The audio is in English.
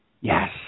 Yes